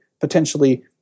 potentially